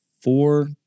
four